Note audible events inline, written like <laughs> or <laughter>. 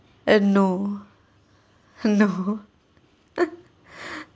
and no <laughs> no